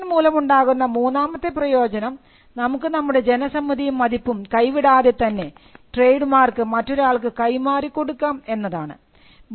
registration മൂലമുണ്ടായ മൂന്നാമത്തെ പ്രയോജനം നമുക്ക് നമ്മുടെ ജനസമ്മതിയും മതിപ്പും കൈവിടാതെ തന്നെ ട്രേഡ് മാർക്ക് മറ്റൊരാൾക്ക് കൈമാറി കൊടുക്കാം എന്നതാണ്